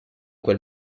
quel